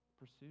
Pursue